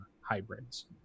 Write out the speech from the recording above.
hybrids